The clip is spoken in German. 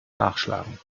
nachschlagen